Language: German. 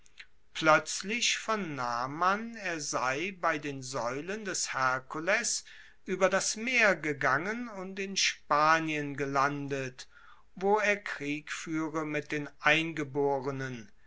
ploetzlich vernahm man er sei bei den saeulen des herkules ueber das meer gegangen und in spanien gelandet wo er krieg fuehre mit den eingeborenen